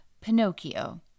Pinocchio